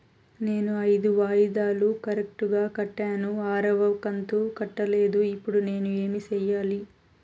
నేను ఐదు వాయిదాలు కరెక్టు గా కట్టాను, ఆరవ కంతు కట్టలేదు, ఇప్పుడు నేను ఏమి సెయ్యాలి?